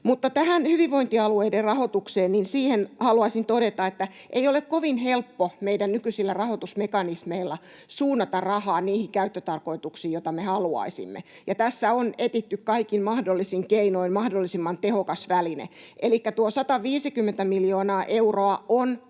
Tähän hyvinvointialueiden rahoitukseen haluaisin todeta, että ei ole kovin helppo meidän nykyisillä rahoitusmekanismeilla suunnata rahaa niihin käyttötarkoituksiin, joita me haluaisimme, ja tässä on etsitty kaikin mahdollisin keinoin mahdollisimman tehokas väline. Elikkä tuo 150 miljoonaa euroa on